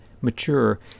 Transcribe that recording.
mature